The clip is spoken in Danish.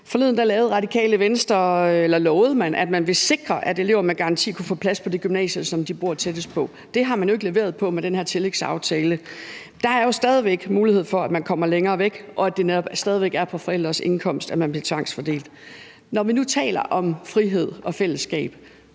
Forleden lovede Radikale Venstre, at man vil sikre, at elever med garanti kunne få plads på det gymnasium, som de bor tættest på. Det har man jo ikke leveret på med den her tillægsaftale. Der er jo stadig væk mulighed for, at man kommer længere væk, og at det netop stadig væk er på forældres indkomst, at man bliver tvangsfordelt. Når vi nu taler om frihed og fællesskab